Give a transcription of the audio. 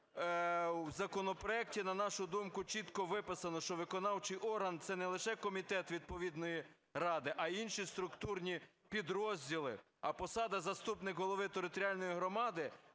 у законопроекті, на нашу думку, чітко виписано, що виконавчий орган – це не лише комітет відповідної ради, а й інші структурні підрозділи, а посада "заступник голови територіальної громади"